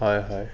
হয় হয়